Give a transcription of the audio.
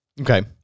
Okay